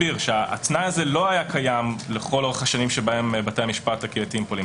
התנאי הזה לא היה קיים לכל אורך השנים שבהן בתי המשפט הקהילתיים פועלים.